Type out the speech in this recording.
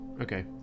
Okay